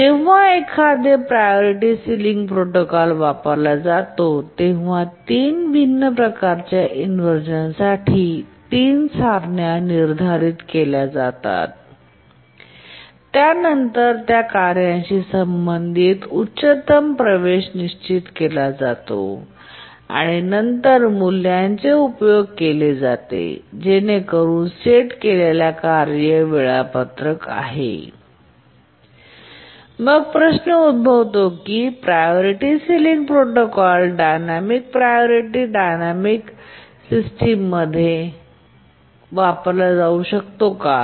एकदा जेव्हा priority ceiling protocol वापरला जातो तेव्हा 3 भिन्न प्रकारच्या इन्व्हरझन साठी 3 सारण्या निर्धारित केल्या जातात त्यानंतर त्या कार्याशी संबंधित उच्चतम प्रवेश निश्चित केला जातो आणि नंतर त्या मूल्याचे उपयोग केले जाते मग प्रश्न उद्भवतो की priority ceiling protocol dynamic priority dynamic priority system मध्ये सिस्टिम मध्ये वापरला जाऊ शकतो का